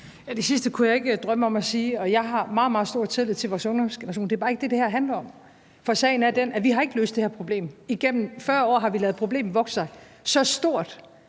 Det sidste kunne jeg ikke drømme om at sige. Jeg har meget, meget stor tillid til vores ungdomsgeneration. Det er bare ikke det, det her handler om, for sagen er den, at vi ikke har løst det her problem. Igennem 40 år har vi ladet problemet vokse sig så stort,